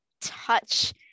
touch